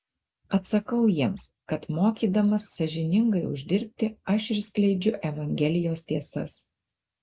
atsakau jiems kad mokydamas sąžiningai uždirbti aš ir skleidžiu evangelijos tiesas